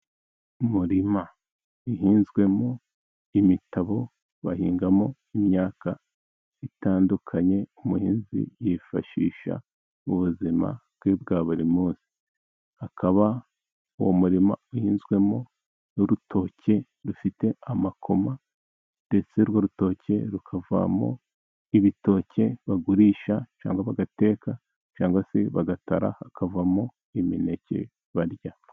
Umurima uhinzwemo imitabo bahingamo imyaka itandukanye, umuhinzi yifashisha mu buzima bwe bwa buri munsi. Akaba uwo murima uhinzwemo n'urutoke rufite amakoma, ndetse urwo rutoke rukavamo ibitoke bagurisha, cyangwa bagateka cyangwa se bagatara, hakavamo imineke barya.